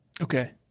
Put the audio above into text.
Okay